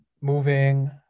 moving